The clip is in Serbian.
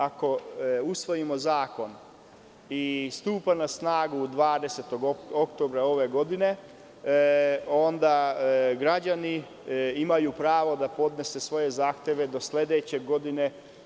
Ako zakon stupa na snagu 20. oktobra ove godine, onda građani imaju pravo da podnesu svoje zahteve do 20. oktobra sledeće godine.